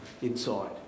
inside